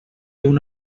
una